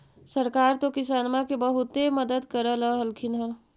सरकार तो किसानमा के बहुते मदद कर रहल्खिन ह?